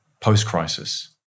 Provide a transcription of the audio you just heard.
post-crisis